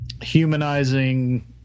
humanizing